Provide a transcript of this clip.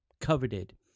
coveted